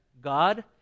God